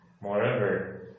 Moreover